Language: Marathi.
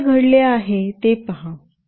आता काय घडले आहे ते पहा